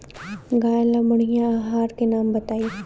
गाय ला बढ़िया आहार के नाम बताई?